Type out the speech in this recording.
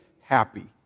happy